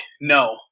no